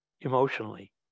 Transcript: emotionally